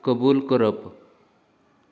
कबूल करप